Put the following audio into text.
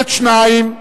שניים נגד,